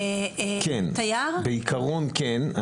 בעיקרון כן.